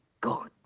God